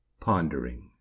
pondering